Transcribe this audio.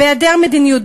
בהיעדר מדיניות,